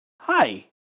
Hi